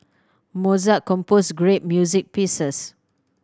Mozart composed great music pieces